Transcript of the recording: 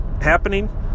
happening